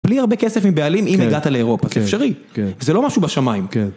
בלי הרבה כסף מבעלים אם הגעת לאירופה, זה אפשרי, זה לא משהו בשמיים.